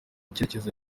icyerekezo